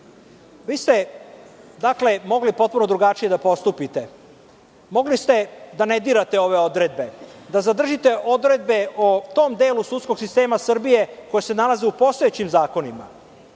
ste, dakle, mogli potpuno drugačije da postupite. Mogli ste da ne dirate ove odredbe, da zadržite odredbe o tom delu sudskog sistema Srbije koje se nalaze u postojećim zakonima,